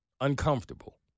uncomfortable